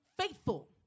faithful